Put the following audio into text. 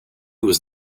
was